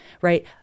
right